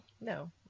No